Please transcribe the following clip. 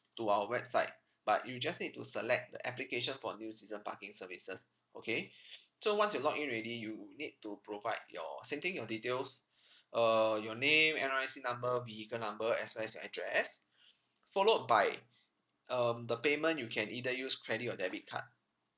to our website but you just need to select the application for new season parking services okay so once you log in already you would need to provide your same thing your details uh your name N_R_I_C number vehicle number as well as your address followed by um the payment you can either use credit or debit card